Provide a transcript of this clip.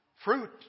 Fruit